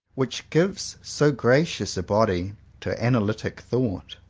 which gives so gracious a body to analytic thought.